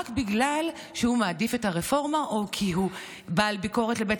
רק בגלל שהוא מעדיף את הרפורמה או כי יש לו ביקורת על בית